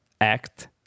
Act